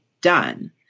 done